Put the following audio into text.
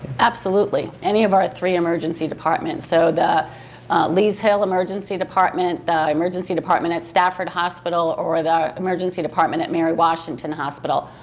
absolutely, any of our three emergency departments, so the lee's hill emergency department, emergency department at stafford hospital or the emergency department at mary washington hospital,